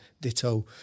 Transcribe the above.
Ditto